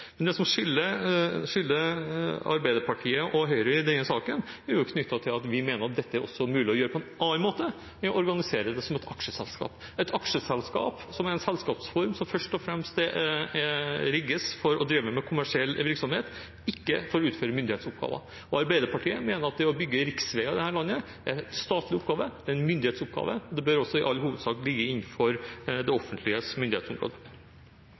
Men det som skiller Arbeiderpartiet og Høyre i denne saken, er knyttet til at vi mener at dette er det også mulig å gjøre på en annen måte enn å organisere det som et aksjeselskap. Et aksjeselskap er en selskapsform som først og fremst rigges for å drive med kommersiell virksomhet, og ikke for å utføre myndighetsoppgaver. Arbeiderpartiet mener at det å bygge riksveier i dette landet er en statlig oppgave – en myndighetsoppgave. Det bør også i all hovedsak ligge innenfor det offentliges